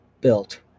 built